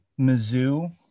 mizzou